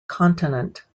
continent